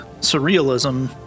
surrealism